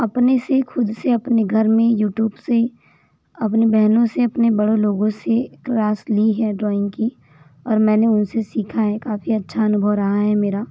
अपने से खुद से अपने घर में यूट्यूब से अपनी बहनों से अपने बड़े लोगों से क्लास ली है ड्रॉइंग की और मैंने उनसे सीखा है काफ़ी अच्छा अनुभव रहा है मेरा